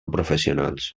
professionals